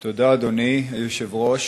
תודה, אדוני היושב-ראש.